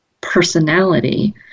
personality